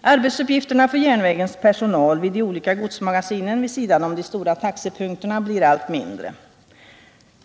Arbetsuppgifterna för järnvägens personal vid de olika godsmagasinen vid sidan om de stora taxepunkterna blir allt mindre.